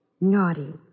Naughty